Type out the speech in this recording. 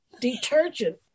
detergent